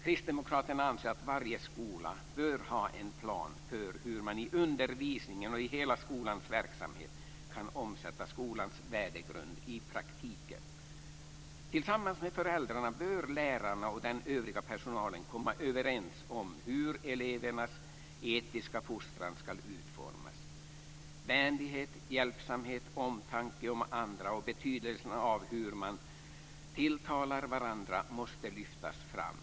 Kristdemokraterna anser att varje skola bör ha en plan för hur man i undervisningen och i hela skolans verksamhet kan omsätta skolans värdegrund i praktiken. Tillsammans med föräldrarna bör lärarna och den övriga personalen komma överens om hur elevernas etiska fostran ska utformas. Vänlighet, hjälpsamhet, omtanke om andra och betydelsen av hur man tilltalar varandra måste lyftas fram.